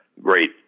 great